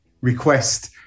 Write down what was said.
request